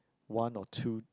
one or two